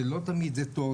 שלא תמיד זה טוב,